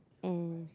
and